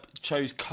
chose